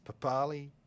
Papali